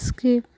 skip